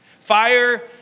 Fire